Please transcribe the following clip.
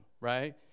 right